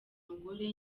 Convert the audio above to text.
umugore